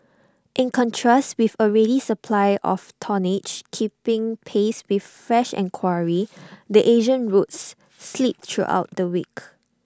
in contrast with A ready supply of tonnage keeping pace with fresh enquiry the Asian routes slipped throughout the week